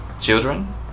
children